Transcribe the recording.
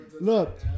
Look